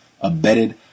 Abetted